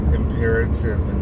imperative